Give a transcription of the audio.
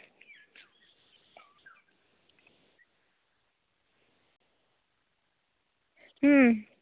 ᱦᱩᱸ